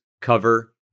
cover